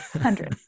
Hundred